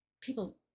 people